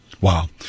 Wow